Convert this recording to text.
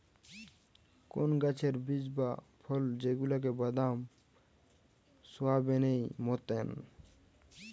কোন গাছের বীজ বা ফল যেগুলা বাদাম, সোয়াবেনেই মতোন